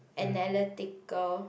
analytical